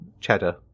Cheddar